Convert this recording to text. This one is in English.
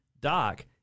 Doc